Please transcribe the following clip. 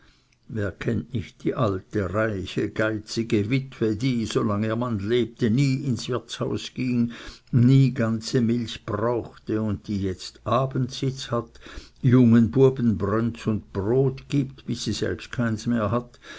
wer kennt nicht die alte reiche geizige witwe die solange ihr mann lebte nie ins wirtshaus ging nie ganze milch brauchte und die jetzt abendsitz hat jungen bueben brönz und brot gibt bis sie selbst keins mehr hat